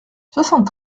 soixante